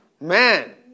man